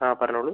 ആ പറഞ്ഞോളൂ